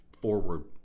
forward